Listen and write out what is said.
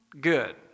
good